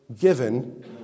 given